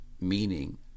meaning